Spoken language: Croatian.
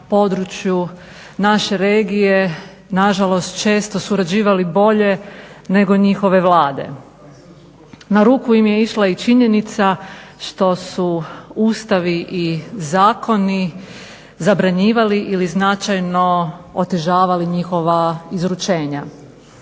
naše regije nažalost često surađivali bolje nego njihove Vlade. Na ruku im je išla i činjenica što su ustavi i zakoni zabranjivali ili značajno otežavali njihova izručenja.